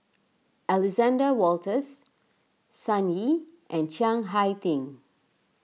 Alexander Wolters Sun Yee and Chiang Hai Ding